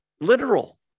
Literal